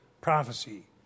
prophecy